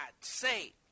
say